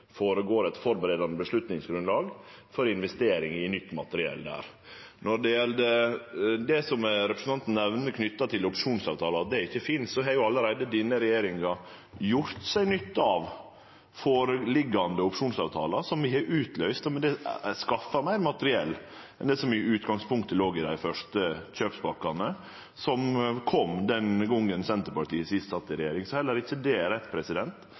eit førebuande avgjerdsgrunnlag for investering i nytt materiell der. Når det gjeld det som representanten nemner knytt til opsjonsavtalar, at det ikkje finst: Denne regjeringa har jo allereie gjort seg nytte av føreliggjande opsjonsavtalar, som vi har utløyst, og med det skaffa meir materiell enn det som i utgangspunktet låg i dei første kjøpspakkane, som kom den gongen Senterpartiet sist sat i regjering. Så heller ikkje det er rett.